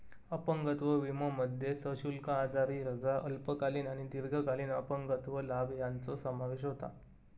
अपंगत्व विमोमध्ये सशुल्क आजारी रजा, अल्पकालीन आणि दीर्घकालीन अपंगत्व लाभ यांचो समावेश होता